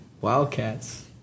Wildcats